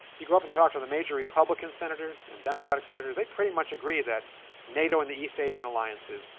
you go up and talk to the major republican senators and democratic senators, they pretty much agree that nato and the east asian alliances,